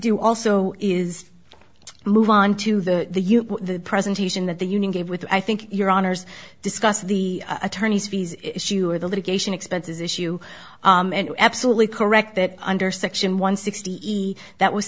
do also is move on to the presentation that the union gave with i think your honour's discuss the attorneys fees issue or the litigation expenses issue absolutely correct that under section one sixty that was